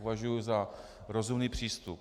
To považuji za rozumný přístup.